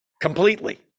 completely